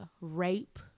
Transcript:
rape